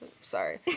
Sorry